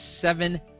seven